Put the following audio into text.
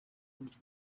buryo